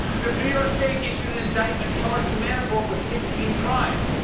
because new york state issued an indictment charging manafort with sixteen crimes.